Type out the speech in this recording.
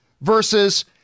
versus